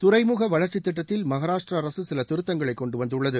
துறைமுக வளர்ச்சி திட்டத்தில் மகாராஷ்டிரா அரசு சில திருத்தங்களை கொண்டுவந்துள்ளது